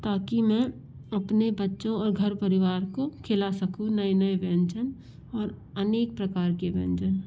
ताकि मैं अपने बच्चों और घर परिवार को खिला सकूँ नए नए व्यंजन और अनेक प्रकार के व्यंजन